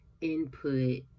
input